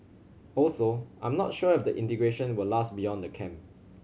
also I'm not sure if the integration will last beyond the camp